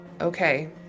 okay